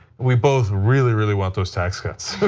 we both really really want those tax cuts.